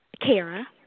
Kara